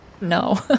No